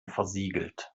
versiegelt